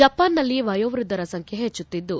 ಜಪಾನ್ನಲ್ಲಿ ವಯೋವೃದ್ಧರ ಸಂಬ್ಕೆ ಹೆಚ್ಚುತ್ತಿದ್ದು